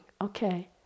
okay